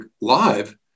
live